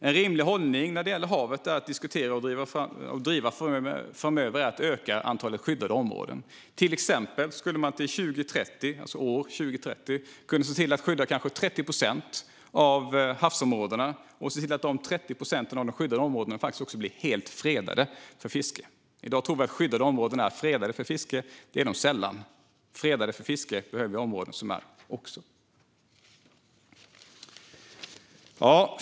En rimlig hållning när det gäller havet är att framöver diskutera och driva på för att öka antalet skyddade områden. Till exempel kan man till år 2030 se till att skydda 30 procent av havsområdena, och vidare ska man se till att 30 procent av de skyddade områdena faktiskt också blir helt fredade för fiske. I dag tror vi att skyddade områden är fredade för fiske. Det är de sällan. Vi behöver också områden som är fredade för fiske.